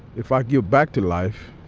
if i give back to life,